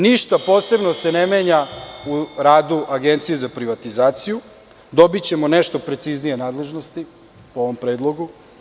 Ništa posebno se ne menja u radu Agencije za privatizaciju, dobićemo nešto preciznije nadležnosti o ovom predlogu.